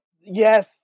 Yes